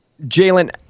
Jalen